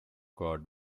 cord